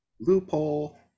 loophole